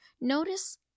Notice